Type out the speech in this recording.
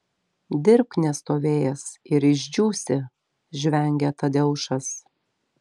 dirbk nestovėjęs ir išdžiūsi žvengia tadeušas